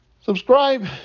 Subscribe